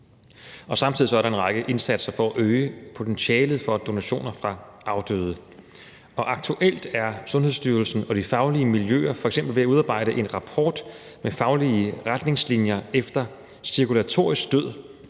Samtidig er der en række indsatser for at øge potentialet for donationer fra afdøde. Aktuelt er Sundhedsstyrelsen og de faglige miljøer f.eks. ved at udarbejde en rapport med faglige retningslinjer efter cirkulatorisk død